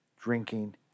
drinking